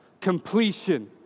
completion